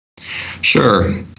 Sure